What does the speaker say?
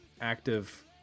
active